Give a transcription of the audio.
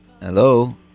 Hello